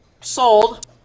Sold